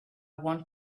want